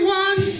one